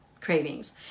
cravings